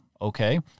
okay